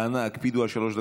אנא הקפידו על שלוש דקות,